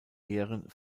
ehren